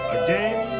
again